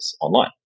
online